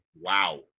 Wow